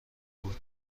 بود